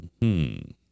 -hmm